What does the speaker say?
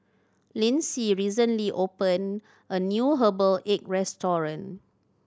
Lyndsey recently opened a new herbal egg restaurant